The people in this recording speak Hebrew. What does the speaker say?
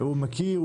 הוא מכיר,